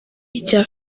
icya